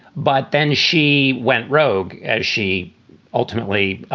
but then she went rogue, as she ultimately ah